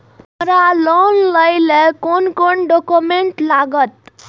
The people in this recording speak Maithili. हमरा लोन लाइले कोन कोन डॉक्यूमेंट लागत?